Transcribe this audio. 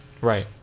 Right